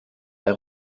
aus